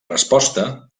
resposta